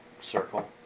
circle